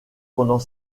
pendant